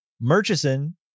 Murchison